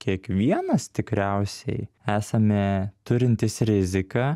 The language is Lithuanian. kiekvienas tikriausiai esame turintys riziką